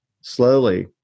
slowly